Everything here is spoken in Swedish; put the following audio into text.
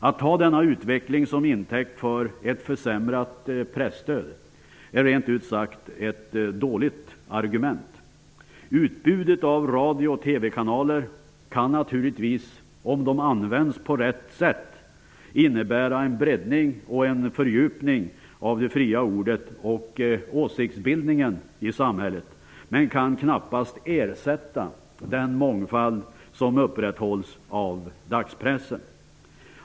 Att ta denna utveckling som intäkt för ett försämrat presstöd är rent ut sagt ett dåligt argument. Utbudet av radio och TV-kanaler kan naturligtvis, om de används på rätt sätt, innebära en breddning och en fördjupning av det fria ordet och åsiktsbildningen i samhället, men de kan knappast ersätta den mångfald som upprätthålls av dagspressen.